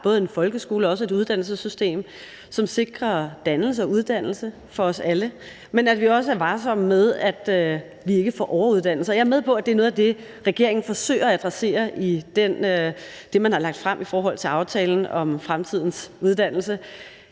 både en folkeskole og et uddannelsessystem, som sikrer dannelse og uddannelse for os alle, men at vi også er varsomme med, at vi ikke får overuddannelse. Jeg er med på, at det er noget af det, regeringen forsøger at adressere i det, man har lagt frem i forhold til aftalen om fremtidens uddannelse,